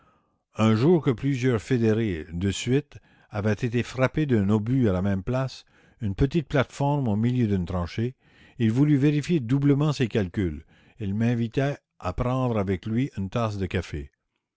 un jour que plusieurs fédérés de suite avaient été frappés d'un obus à la même place une petite plate-forme au milieu d'une tranchée il voulut vérifier doublement ses calculs et m'invita à prendre avec lui une tasse de café